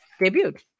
debuted